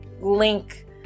link